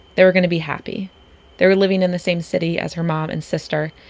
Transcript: they were going to be happy they were living in the same city as her mom and sister.